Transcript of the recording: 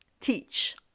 teach